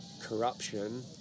corruption